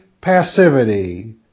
passivity